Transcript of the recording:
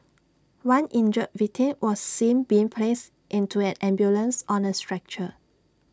one injured victim was seen being placed into an ambulance on A stretcher